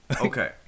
Okay